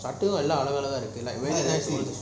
அது மட்டும் அளவு ஆணவ இருக்கு:athu matum aalavu aalava iruku lah